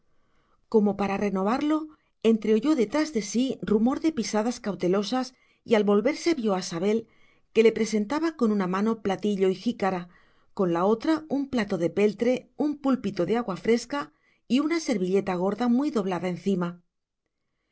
como para renovarlo entreoyó detrás de sí rumor de pisadas cautelosas y al volverse vio a sabel que le presentaba con una mano platillo y jícara con la otra en plato de peltre un púlpito de agua fresca y una servilleta gorda muy doblada encima